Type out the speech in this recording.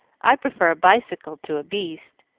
i prefer a bicycle to a beast,